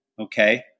okay